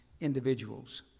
individuals